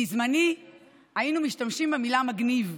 בזמני היינו משתמשים במילה "מגניב".